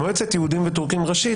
מועצת יהודים ותורכים ראשית,